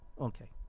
Okay